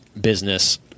business